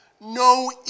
no